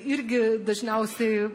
irgi dažniausiai